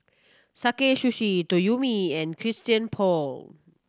Sakae Sushi Toyomi and Christian Paul